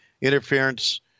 interference